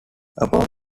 upon